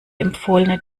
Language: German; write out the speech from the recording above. empfohlene